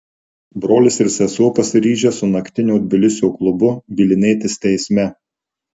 brolis ir sesuo pasiryžę su naktinio tbilisio klubu bylinėtis teisme